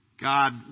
God